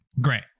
Great